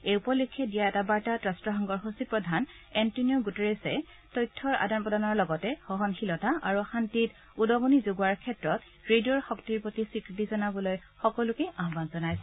এই উপলক্ষে দিয়া এটা বাৰ্তাত ৰাট্টসংঘৰ সচিব প্ৰধান এণ্টনিঅ গুটেৰেছে তথ্যৰ আদান প্ৰদানৰ লগতে সহনশীলতা আৰু শান্তিত উদ্গণি যোগোৱাৰ ক্ষেত্ৰত ৰেডিঅ'ৰ শক্তিৰ প্ৰতি স্বীকৃতি জনাবলৈ আহান জনাইছে